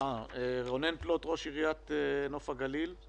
רונן פלוט, ראש עיריית נוף הגליל,